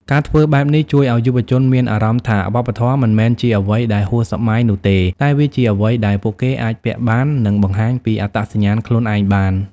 ការធ្វើបែបនេះជួយឲ្យយុវជនមានអារម្មណ៍ថាវប្បធម៌មិនមែនជាអ្វីដែលហួសសម័យនោះទេ តែវាជាអ្វីដែលពួកគេអាចពាក់បាន និងបង្ហាញពីអត្តសញ្ញាណខ្លួនឯងបាន។